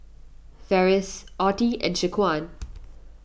Ferris Ottie and Shaquan